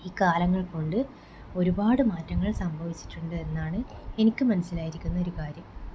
ഈ കാലങ്ങൾ കൊണ്ട് ഒരുപാട് മാറ്റങ്ങൾ സംഭവിച്ചിട്ടുണ്ട് എന്നാണ് എനിക്ക് മനസ്സിലായിരിക്കുന്ന ഒരു കാര്യം